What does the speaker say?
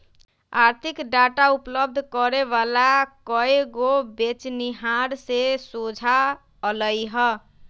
आर्थिक डाटा उपलब्ध करे वला कएगो बेचनिहार से सोझा अलई ह